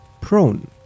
prone